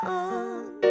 on